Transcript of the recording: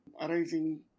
arising